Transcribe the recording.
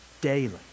daily